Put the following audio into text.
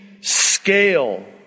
scale